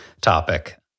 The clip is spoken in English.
topic